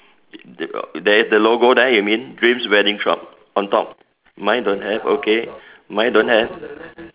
uh there is the logo there you mean dreams wedding shop on top mine don't have okay mine don't have